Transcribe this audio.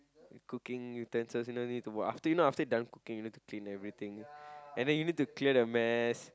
cooking utensils you know you need to after you you know after you done cooking you need to clean everything and then you need to clear the mess